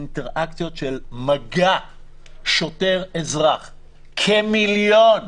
אינטראקציות של מגע שוטר-אזרח, כמיליון.